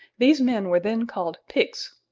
these men were then called picts,